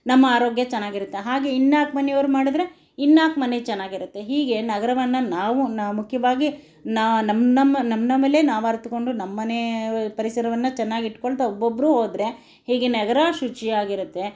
ನಮ್ಮ ಆರೋಗ್ಯ ಚೆನ್ನಾಗಿರುತ್ತೆ ಹಾಗೆ ಇನ್ನಾಲ್ಕು ಮನೆಯವರು ಮಾಡಿದ್ರೆ ಇನ್ನಾಲ್ಕು ಮನೆ ಚೆನ್ನಾಗಿರುತ್ತೆ ಹೀಗೆ ನಗರವನ್ನು ನಾವು ಮುಖ್ಯವಾಗಿ ನಾ ನಮ್ಮ ನಮ್ಮ ನಮ್ಮ ನಮ್ಮಲ್ಲೇ ನಾವು ಅರಿತುಕೊಂಡು ನಮ್ಮನೇ ಪರಿಸರವನ್ನು ಚೆನ್ನಾಗಿ ಇಟ್ಕೊಳ್ತಾ ಒಬ್ಬೊಬ್ಬರು ಹೋದರೆ ಹೀಗೆ ನಗರ ಶುಚಿಯಾಗಿರುತ್ತೆ